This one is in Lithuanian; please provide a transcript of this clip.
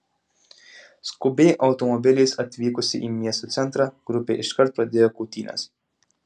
skubiai automobiliais atvykusi į miesto centrą grupė iškart pradėjo kautynes